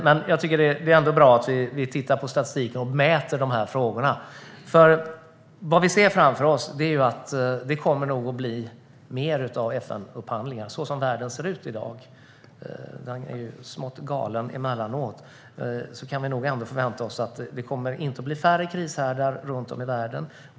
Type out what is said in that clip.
Det är dock bra att titta på statistiken och mäta i dessa frågor, för vad vi ser framför oss är att det nog kommer att bli fler FN-upphandlingar. Så som världen ser ut i dag, och den är ju smått galen emellanåt, förväntar vi oss inte att det blir färre krishärdar runt om i världen.